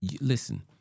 Listen